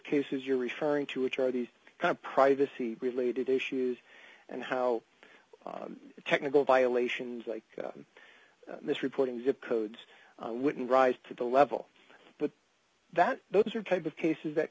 cases you're referring to which are these kind of privacy related issues and how technical violations like this reporting zip codes wouldn't rise to the level that those are type of cases that